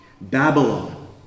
Babylon